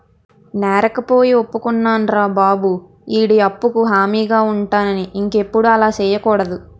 నేరకపోయి ఒప్పుకున్నారా బాబు ఈడి అప్పుకు హామీగా ఉంటానని ఇంకెప్పుడు అలా సెయ్యకూడదు